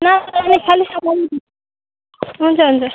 नलाने खालि हुन्छ हुन्छ